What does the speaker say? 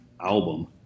album